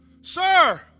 Sir